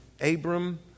Abram